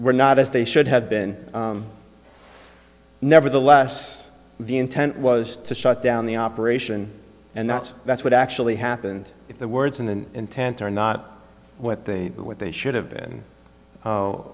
were not as they should have been nevertheless the intent was to shut down the operation and that's that's what actually happened if the words and then intent are not what they what they should have been